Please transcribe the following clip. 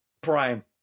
prime